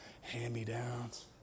hand-me-downs